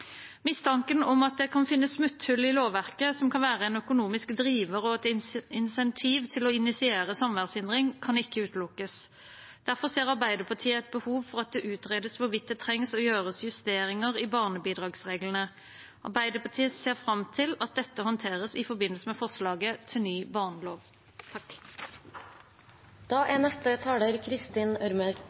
Mistanken om at det kan finnes smutthull i lovverket som kan være en økonomisk driver og et insentiv for å initiere samværshindring, kan ikke utelukkes. Derfor ser Arbeiderpartiet et behov for at det utredes hvorvidt det trengs å gjøres justeringer i barnebidragsreglene. Arbeiderpartiet ser fram til at dette håndteres i forbindelse med forslaget til ny barnelov. Det er